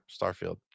starfield